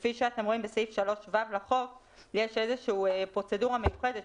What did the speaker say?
וכפי שאתם רואים בסעיף 3ו' לחוק יש איזושהי פרוצדורה מיוחדת